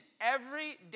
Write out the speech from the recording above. everyday